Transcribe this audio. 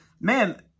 man